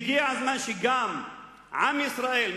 הגיע הזמן שגם עם ישראל,